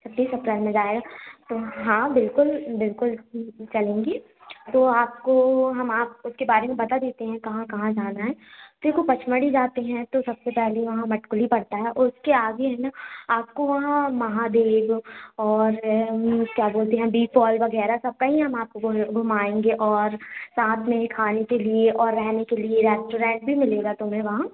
तीस अप्रैल में जाए तो हाँ बिल्कुल बिल्कुल चलेंगी तो आपको हम आपके बारे में बता देते हैं कहाँ कहाँ जाना है देखो पचमढ़ी जाते हैं तो सबसे पहले वहाँ मटकुली पड़ता है उसके आगे हैं ना आपको वहाँ महादेवी जो और क्या बोलते हैं बी फॉल वगैरह सबका ही हम आपको घूम घुमायेंगे और साथ में खाने के लिए और रहने के लिए रेस्टोरेंट भी मिलेगा तुम्हें वहाँ